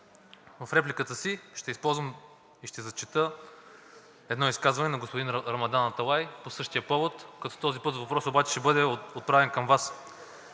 в репликата си ще използвам и ще зачета едно изказване на господин Рамадан Аталай по същия повод, като този път въпросът обаче ще бъде отправен към Вас.